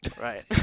Right